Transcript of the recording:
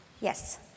Yes